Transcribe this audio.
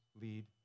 lead